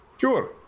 Sure